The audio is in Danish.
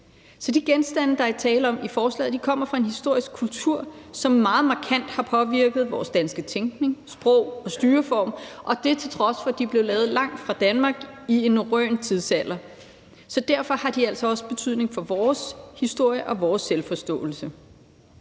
Så de genstande, der er tale om i forslaget, kommer fra en historisk kultur, som meget markant har påvirket vores danske tænkning, sprog og styreform, og det til trods for, at de er blevet lavet langt fra Danmark i en norrøn tidsalder. Derfor har de altså også betydning for vores historie og vores selvforståelse.